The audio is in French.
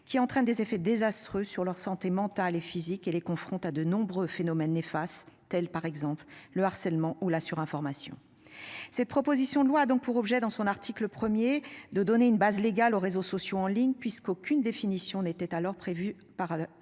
qui entraîne des effets désastreux sur leur santé mentale et physique et les confronte à de nombreux phénomènes n'efface-t-elle par exemple le harcèlement ou la surinformation. Cette proposition de loi donc pour objet dans son article 1er, de donner une base légale aux réseaux sociaux en ligne puisqu'aucune définition n'était alors prévu par par la loi.